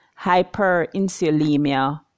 hyperinsulinemia